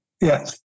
Yes